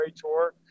Tour